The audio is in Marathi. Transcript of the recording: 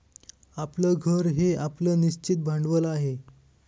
आपलं घर हे आपलं निश्चित भांडवल आहे